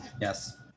Yes